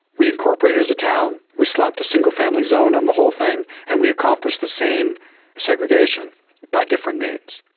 we incorporated it as a town, we slapped a single family zone on the whole thing and we accomplished the same segregation by different means.